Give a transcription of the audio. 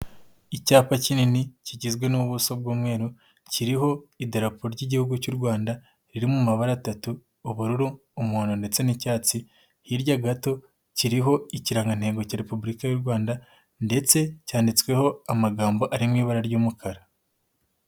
Icyapa kinini kigizwe n'ubuso bw'umweru, kiriho iderapo ry'Igihugu cy'u Rwanda riri mu mabara atatu, ubururu, umuntu ndetse n'icyatsi, hirya gato kiriho ikirangantego cya Repubulika y'u Rwanda ndetse cyanditsweho amagambo ari mu ibara ry'umukara.